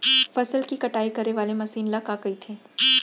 फसल की कटाई करे वाले मशीन ल का कइथे?